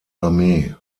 armee